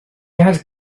had